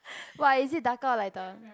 what it is darker or lighter